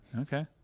Okay